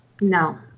No